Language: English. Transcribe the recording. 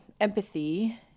empathy